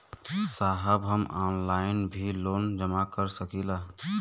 साहब हम ऑनलाइन भी लोन जमा कर सकीला?